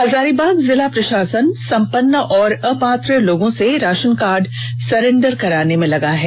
हजारीबाग जिला प्रषासन संपन्न और अपात्र लोगों से राषन कार्ड सरेंडर करवाने में लगा है